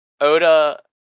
Oda